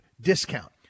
discount